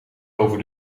over